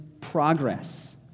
progress